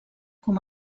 com